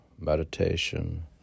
Meditation